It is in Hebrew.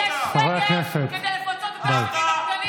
לא היה לכם אומץ להגיד "יש סגר" כדי לפצות את העסקים הקטנים.